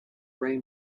ray